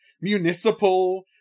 municipal